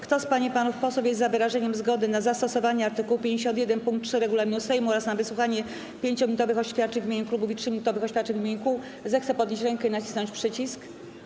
Kto z pań i panów posłów jest za wyrażeniem zgody na zastosowanie art. 51 pkt 3 regulaminu Sejmu oraz na wysłuchanie 5-minutowych oświadczeń w imieniu klubów i 3-minutowych oświadczeń w imieniu kół, zechce podnieść rękę i nacisnąć przycisk.